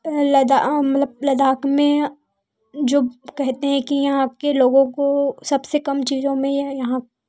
लदा मतलब लद्दाख में जब कहते हैं कि यहाँ के लोगों को सबसे कम चीज़ों में यहाँ